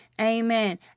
Amen